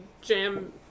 jam